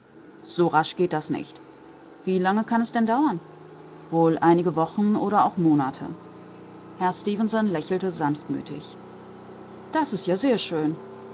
so rasch geht das nicht wie lange kann es denn dauern wohl einige wochen oder auch monate herr stefenson lächelte sanftmütig das ist sehr schön